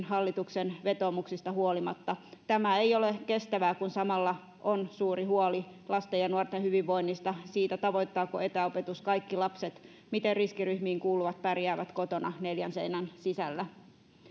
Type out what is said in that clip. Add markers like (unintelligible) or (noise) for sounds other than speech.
(unintelligible) hallituksen vetoomuksista huolimatta tämä ei ole kestävää kun samalla on suuri huoli lasten ja nuorten hyvinvoinnista siitä tavoittaako etäopetus kaikki lapset miten riskiryhmiin kuuluvat pärjäävät kotona neljän seinän sisällä